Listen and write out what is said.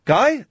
Guy